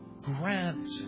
Grant